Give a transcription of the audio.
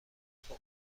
پخته